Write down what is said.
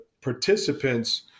participants